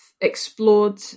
explored